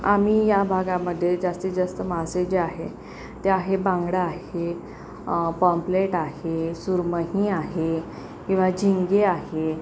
आम्ही या भागामध्ये जास्तीत जास्त मासे जे आहेत ते आहे बांगडा आहे पाँम्प्लेट आहे सुरमई आहे किंवा झिंगी आहे